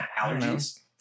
allergies